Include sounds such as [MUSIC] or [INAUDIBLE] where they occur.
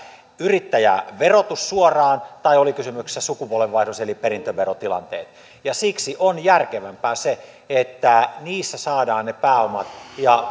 yrittäjäverotus suoraan tai oli kysymyksessä sukupolvenvaihdos eli perintöverotilanteet ja siksi on järkevämpää se että niissä saadaan ne pääomat ja [UNINTELLIGIBLE]